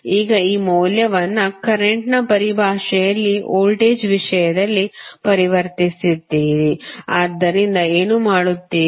ಈಗ ಈ ಮೌಲ್ಯವನ್ನು ಕರೆಂಟ್ನ ಪರಿಭಾಷೆಯಲ್ಲಿ ವೋಲ್ಟೇಜ್ ವಿಷಯದಲ್ಲಿ ಪರಿವರ್ತಿಸಿದ್ದೀರಿ ಆದ್ದರಿಂದ ಏನು ಮಾಡುತ್ತೀರಿ